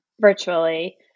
virtually